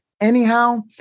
anyhow